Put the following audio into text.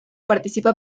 participa